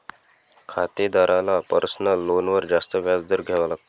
खातेदाराला पर्सनल लोनवर जास्त व्याज दर द्यावा लागतो